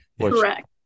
Correct